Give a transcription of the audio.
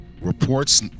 reports